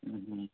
ఆహ